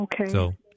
okay